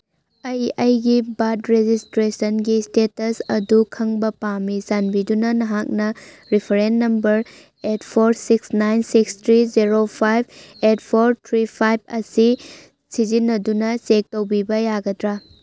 ꯑꯩ ꯑꯩꯒꯤ ꯕꯥꯔꯠ ꯔꯦꯖꯤꯁꯇ꯭ꯔꯦꯁꯟꯒꯤ ꯏꯁꯇꯦꯇꯁ ꯑꯗꯨ ꯈꯪꯕ ꯄꯥꯝꯃꯤ ꯆꯥꯟꯕꯤꯗꯨꯅ ꯅꯍꯥꯛꯅ reference number eight four six nine six three zero five eight four three five ꯑꯁꯤ ꯁꯤꯖꯤꯟꯅꯗꯨꯅ ꯆꯦꯛ ꯇꯧꯕꯤꯕ ꯌꯥꯒꯗ꯭ꯔꯥ